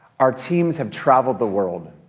our teams have traveled the world.